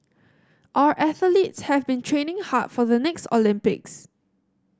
our athletes have been training hard for the next Olympics